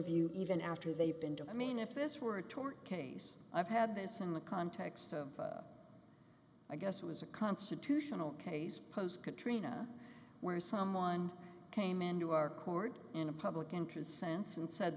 review even after they've been doing i mean if this were a tort case i've had this in the context of i guess it was a constitutional case post katrina where someone came into our court in a public interest sense and said